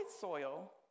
soil